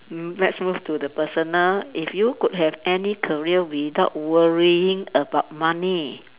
mm let's move to the personal if you could have any career without worrying about money